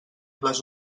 les